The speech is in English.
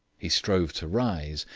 he strove to rise,